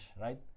Right